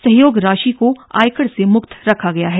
सहयोग राशि को आयकर से मुक्त रखा गया है